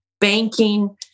banking